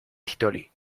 titoli